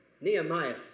Nehemiah